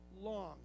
long